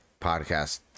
podcast